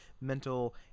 mental